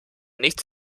nicht